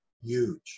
huge